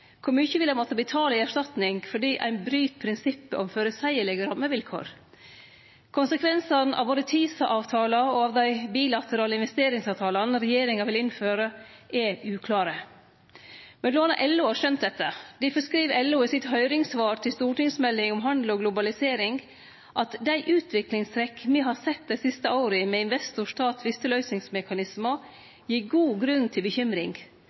Kor mykje vil dei måtte betale i erstatning fordi ein bryt prinsippet om «føreseielege rammevilkår»? Konsekvensane av både TISA-avtalen og dei bilaterale investeringsavtalane regjeringa vil innføre, er uklare. Mellom anna LO har skjønt dette. Difor skriv LO i sitt høyringssvar til stortingsmeldinga om handel og globalisering at dei utviklingstrekk me har sett dei siste åra med investor–stat-tvisteløysingsmekanismar, gir god grunn til bekymring.